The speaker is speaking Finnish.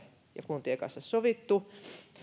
ja kuntien kanssa sovittu